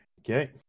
Okay